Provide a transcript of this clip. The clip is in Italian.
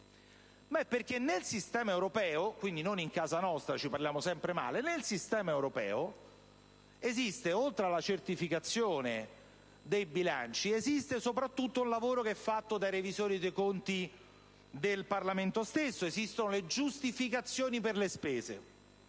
nel sistema europeo - quindi non in casa nostra, di cui parliamo sempre male - esiste, oltre alla certificazione dei bilanci, soprattutto un lavoro che è fatto dai revisori del Parlamento stesso; esistono le giustificazioni delle spese;